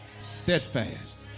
Steadfast